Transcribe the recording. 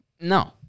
No